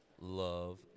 love